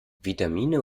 vitamine